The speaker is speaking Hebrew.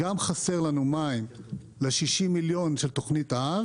גם חסר לנו מים ל-60 מיליון של תוכנית האב